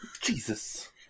Jesus